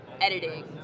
editing